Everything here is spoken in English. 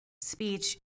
speech